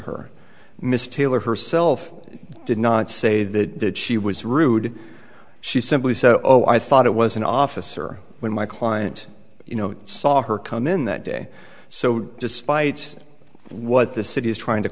her miss taylor herself did not say that she was rude she simply said oh i thought it was an officer when my client you know saw her come in that day so despite what the city is trying to